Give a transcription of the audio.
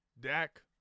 Dak